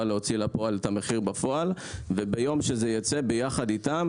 להוציא לפועל את המחיר בפועל וביום שזה יצא יחד איתם,